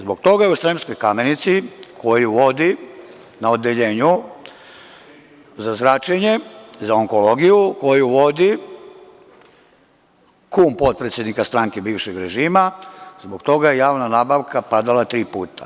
Zbog toga je u Sremskoj Kamenici koju vodi na Odeljenju za zračenje, za onkologiju, koju vodi kum potpredsednika stranke bivšeg režima, zbog toga je javna nabavka padala tri puta.